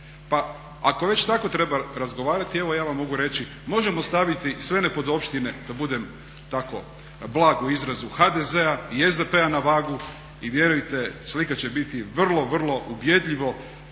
Pa ako već tako treba razgovarati evo ja vam mogu reći. Možemo staviti sve nepodopštine, da budem tako blag u izrazu HDZ-a i SDP-a na vagu i vjerujte slika će biti vrlo, vrlo ubjedljivo